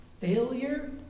Failure